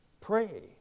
Pray